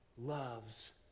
loves